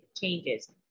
changes